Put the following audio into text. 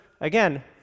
again